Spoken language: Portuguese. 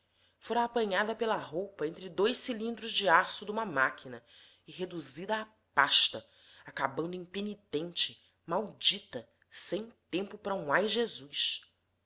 fora apanhada pela roupa entre dois cilindros de aço duma máquina e reduzida a pasta acabando impenitente maldita sem tempo para um